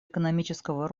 экономического